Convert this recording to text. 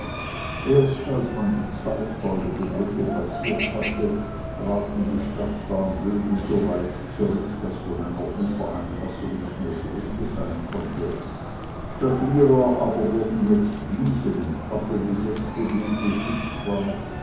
erst als man die zweitfolgende brücke passiert hatte traten die stadtbahnbögen so weit zurück daß von einer ufereinfassung nicht mehr die rede sein konnte statt ihrer aber wurden jetzt wiesen und pappelbesetzte wege sichtbar